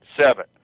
Seven